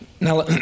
Now